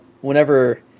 whenever